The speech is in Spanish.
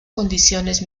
condiciones